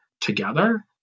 together